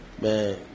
man